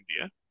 India